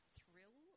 thrill